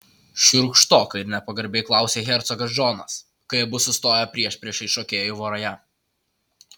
šiurkštokai ir nepagarbiai klausia hercogas džonas kai abu sustoja priešpriešiais šokėjų voroje